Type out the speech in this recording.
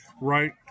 right